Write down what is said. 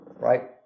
right